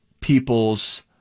people's